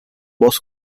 voz